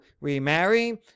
remarry